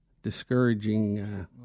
discouraging